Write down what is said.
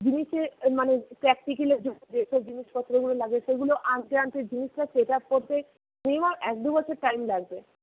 জিনিসে মানে প্র্যাক্টিকালে যেসব জিনিসপত্রগুলো লাগে সেগুলো আনতে আনতে জিনিসটা সেট আপ করতে মিনিমাম এক দুবছর টাইম লাগবে